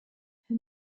her